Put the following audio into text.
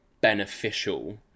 beneficial